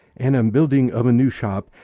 and am building of a new shop,